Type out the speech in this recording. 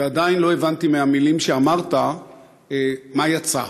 ועדיין לא הבנתי מהמילים שאמרת מה יצא.